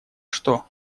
что